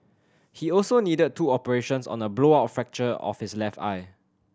he also needed two operations on the blowout fracture of his left eye